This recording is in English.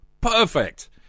Perfect